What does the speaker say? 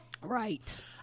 right